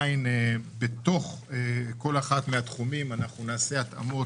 בתוך כל אחד מהתחומים אנחנו נעשה התאמות.